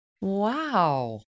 Wow